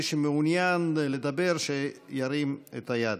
ומי שמעוניין לדבר שירים את היד: